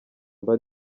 mba